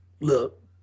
Look